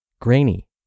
grainy